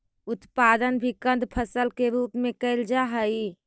उत्पादन भी कंद फसल के रूप में कैल जा हइ